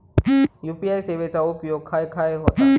UPI सेवेचा उपयोग खाय खाय होता?